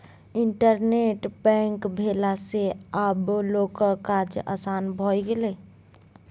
internet bank भेला सँ आब लोकक काज आसान भए गेलै